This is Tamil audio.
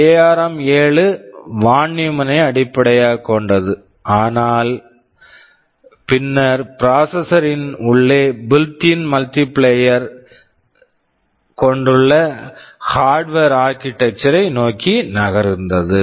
எஆர்ம்7 ARM7 வான் நியூமனை von Neumann ஐ அடிப்படையாகக் கொண்டது ஆனால் பின்னர் ப்ராசஸர் processor ன் உள்ளே built in multiplier built in multiplier ஐ கொண்டுள்ள ஹார்வர்ட் Harvard ஆர்க்கிடெக்சர் architecture ஐ நோக்கி நகர்ந்தது